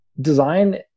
design